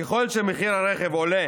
ככל שמחיר הרכב עולה